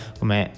come